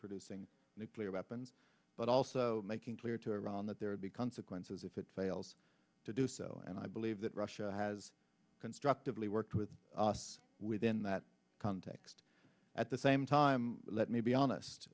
producing nuclear weapons but also making clear to iran that there will be consequences if it fails to do so and i believe that russia has constructively worked with us within that context at the same time let me be